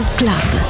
club